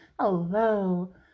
Hello